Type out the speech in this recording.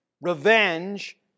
revenge